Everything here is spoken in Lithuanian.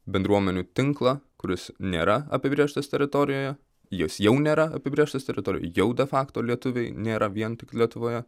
bendruomenių tinklą kuris nėra apibrėžtas teritorijoje jos jau nėra apibrėžtos teritorijoj jau de fakto lietuviai nėra vien tik lietuvoje